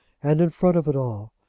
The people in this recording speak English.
and in front of it all,